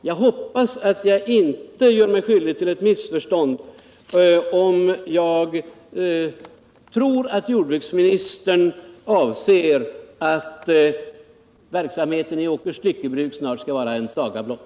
Jag hoppas att jag inte gör mig skyldig till ett missförstånd om jag tror att jordbruksministern inte avser att verksamheten i Åkers Krutbruk snart skall vara en saga blott.